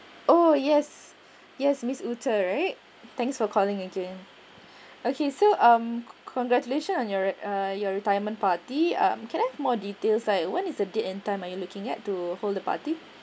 oh yes yes miss ute right thanks for calling again okay so um congratulations on your uh your retirement party uh can I have more details like when is the date and time are you looking at to hold the party